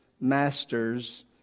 master's